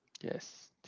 Yes